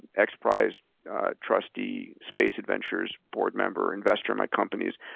xprize trustee, space adventures board member, investor in my companies,